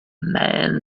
men